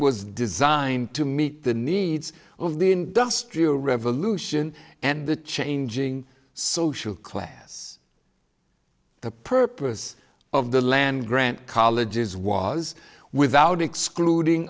was designed to meet the needs of the industrial revolution and the changing social class the purpose of the land grant colleges was without excluding